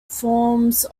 forms